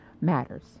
matters